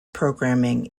programming